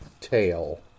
Tail